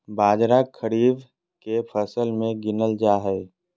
बाजरा खरीफ के फसल मे गीनल जा हइ